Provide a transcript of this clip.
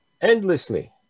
endlessly